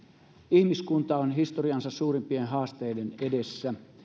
ihmiskunta on historiansa suurimpien haasteiden edessä